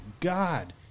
god